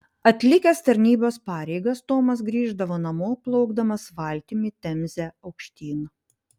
atlikęs tarnybos pareigas tomas grįždavo namo plaukdamas valtimi temze aukštyn